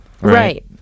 right